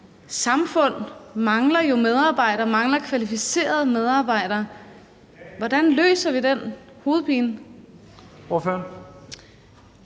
samfund mangler jo kvalificerede medarbejdere. Hvordan løser vi den hovedpine?